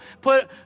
put